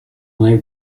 make